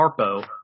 Harpo